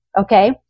okay